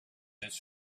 his